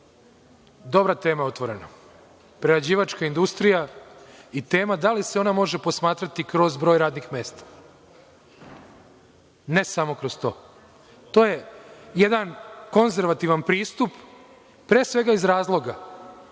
tema je otvorena - prerađivačka industrija i tema da li se ona može posmatrati kroz broj radnih mesta. Ne samo kroz to. To je jedan konzervativan pristup, pre svega iz razloga